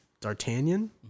D'Artagnan